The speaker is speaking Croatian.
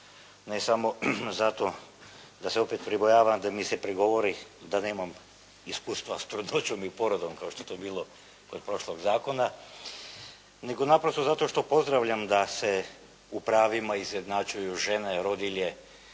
Ne samo zato da se opet pribojavam da mi se prigovori da nemam iskustva s trudnoćom i porodom, kao što je to bilo kod prošlog zakona, nego naprosto zato što pozdravljam da se u pravima izjednačuju žene, rodilje